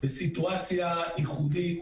במצב ייחודי,